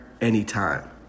anytime